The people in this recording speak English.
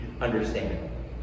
understand